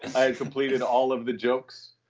i had completed all of the jokes.